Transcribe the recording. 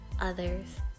others